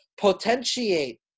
potentiate